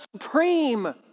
supreme